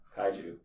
Kaiju